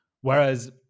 Whereas